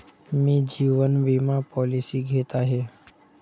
मी जीवन विमा पॉलिसी घेत आहे